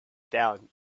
town